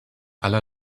aller